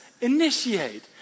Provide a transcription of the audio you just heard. initiate